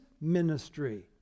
ministry